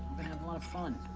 lot of fun.